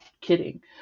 kidding